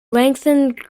lengthened